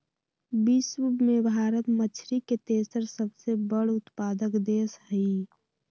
विश्व में भारत मछरी के तेसर सबसे बड़ उत्पादक देश हई